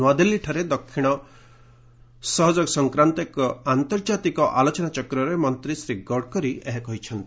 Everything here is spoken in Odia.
ନୃଆଦିଲ୍ଲୀଠାରେ ଦକ୍ଷିଣ ଦକ୍ଷିଣ ସହଯୋଗ ସଂକ୍ରାନ୍ତ ଏକ ଆର୍ନ୍ତଜାତିକ ଆଲୋଚନାଚକ୍ରରେ ମନ୍ତ୍ରୀ ଶ୍ରୀ ଗଡକରୀ ଏହା କହିଚ୍ଛନ୍ତି